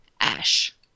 Ash